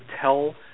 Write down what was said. tell